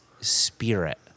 spirit